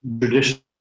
traditional